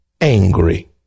angry